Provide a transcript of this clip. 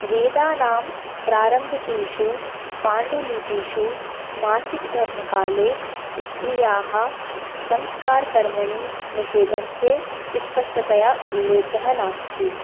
वेदानां प्रारम्भिकेषु पाण्डुलिपिषु मासिकधर्मकाले स्त्रियः संस्कारकर्मणि निषेधस्य स्पष्टतया उल्लेखः नास्ति